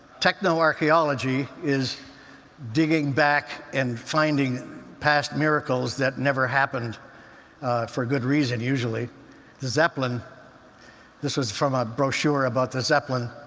techno-archaeology is digging back and finding past miracles that never happened for good reason, usually. the zeppelin this was from a brochure about the zeppelin